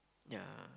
yeah